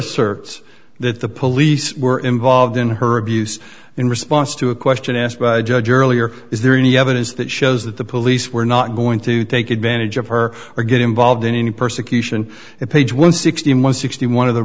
asserts that the police were involved in her abuse in response to a question asked by a judge earlier is there any evidence that shows that the police were not going to take advantage of her or get involved in any persecution in page one sixty one sixty one of the